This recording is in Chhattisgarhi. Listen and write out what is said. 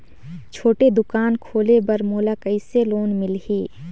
छोटे दुकान खोले बर मोला कइसे लोन मिलही?